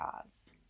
cause